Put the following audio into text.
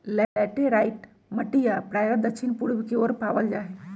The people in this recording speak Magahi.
लैटेराइट मटिया प्रायः दक्षिण पूर्व के ओर पावल जाहई